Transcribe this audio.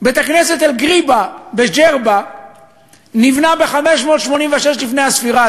בית-הכנסת "אלגריבה" בג'רבה נבנה ב-586 לפני הספירה.